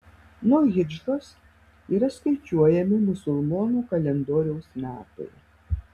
nuo hidžros yra skaičiuojami musulmonų kalendoriaus metai